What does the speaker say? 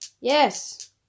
Yes